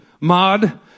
mod